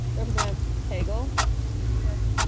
representative cable yes.